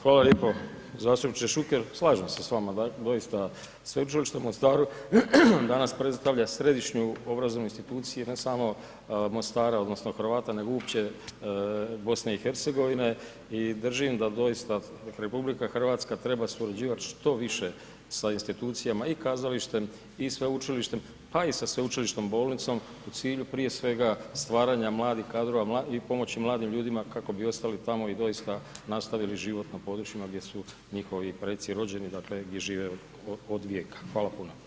Hvala lijepo zastupniče Šuker, slažem se s vama, dosita Sveučilište u Mostaru danas predstavlja središnju obrazovnu instituciju i ne samo Mostara odnosno Hrvata nego uopće BiH-a i držimo da doista RH treba surađivati sa institucijama i kazalištem i sveučilištem pa i sveučilišnom bolnicom u cilju prije svega stvaranja mladih kadrova i pomoći mladim ljudima kako bi ostali tamo i doista nastavili život na područjima gdje su njihovi preci rođeni, dakle gdje žive od vijeka, hvala puno.